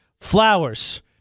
flowers